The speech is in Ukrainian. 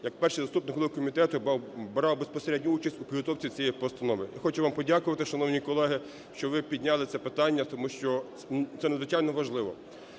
Як перший заступник голови комітету я брав безпосередню участь у підготовці цієї постанови. І хочу вам подякувати, шановні колеги, що ви підняли це питання, тому що це надзвичайно важливо.